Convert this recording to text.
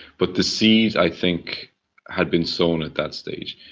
but the seed i think had been sown at that stage.